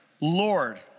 Lord